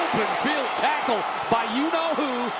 field tackle. by you know who,